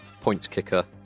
points-kicker